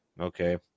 Okay